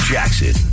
Jackson